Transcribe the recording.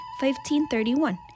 1531